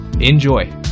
Enjoy